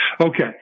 Okay